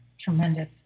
tremendous